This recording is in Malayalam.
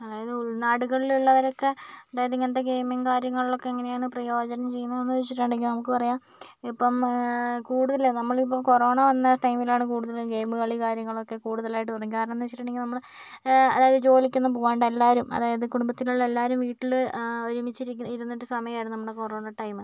അതായത് ഉൾനാടുകളിൽ ഉള്ളവരൊക്കെ അതായത് ഇങ്ങനത്തെ ഗെയിമിംഗ് കാര്യങ്ങളിലൊക്കെ എങ്ങനെയാണ് പ്രയോജനം ചെയ്യുന്നതെന്ന് വെച്ചിട്ടുണ്ടെങ്കിൽ നമുക്ക് പറയാം ഇപ്പം കൂടുതൽ നമ്മൾ ഇപ്പോൾ കൊറോണ വന്ന ടൈമിലാണ് കൂടുതലും ഗെയിം കളി കാര്യങ്ങളൊക്കെ കൂടുതലായിട്ട് തുടങ്ങി കാരണം എന്ന് വെച്ചിട്ടുണ്ടെങ്കിൽ നമ്മൾ അതായത് ജോലിക്കൊന്നും പോകാണ്ട് എല്ലാവരും അതായത് കുടുംബത്തിലുള്ള എല്ലാവരും വീട്ടിൽ ഒരുമിച്ച് ഇരുന്നിട്ട് സമയം ആയിരുന്നു നമ്മുടെ കൊറോണ ടൈം